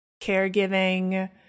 caregiving